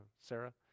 Sarah